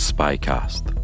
SpyCast